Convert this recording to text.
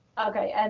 okay,